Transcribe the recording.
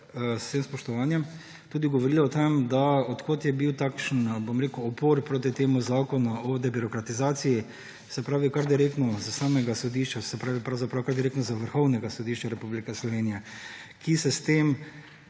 z vsem spoštovanjem, tudi govorila o tem, od kod je bil takšen upor proti temu zakonu o debirokratizaciji. Se pravi kar direktno s samega sodišča, pravzaprav kar direktno z Vrhovnega sodišča Republike Slovenije, kjer se